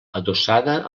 adossada